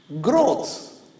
growth